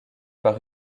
par